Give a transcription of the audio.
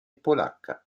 polacca